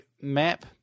map